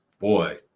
Boy